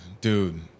dude